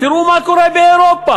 תראו מה קורה באירופה,